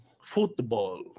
Football